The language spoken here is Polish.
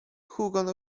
hugon